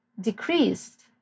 decreased